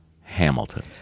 Hamilton